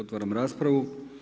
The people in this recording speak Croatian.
Otvaram raspravu.